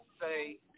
say